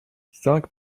cinq